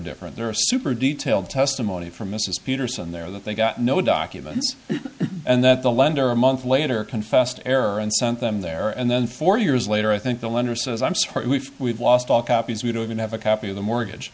different there are super detailed testimony from mrs peterson there that they got no documents and that the lender a month later confessed error and sent them there and then four years later i think the letter says i'm sorry we've lost all copies we don't even have a copy of the mortgage